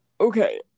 okay